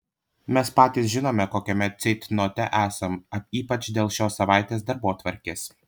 mes patys žinome kokiame ceitnote esam ypač dėl šios savaitės darbotvarkės